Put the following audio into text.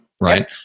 Right